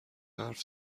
حرف